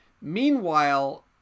Meanwhile